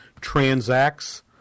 transacts